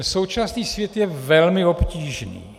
Současný svět je velmi obtížný.